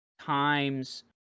times